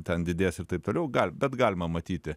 ten didės ir taip toliau gal bet galima matyti